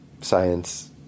science